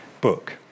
Book